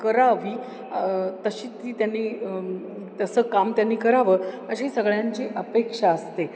करावी तशी ती त्यांनी तसं काम त्यांनी करावं अशी सगळ्यांची अपेक्षा असते